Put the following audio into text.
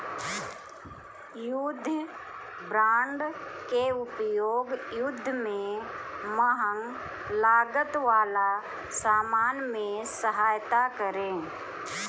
युद्ध बांड के उपयोग युद्ध में महंग लागत वाला सामान में सहायता करे